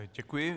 Děkuji.